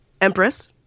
Empress